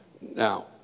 Now